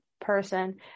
person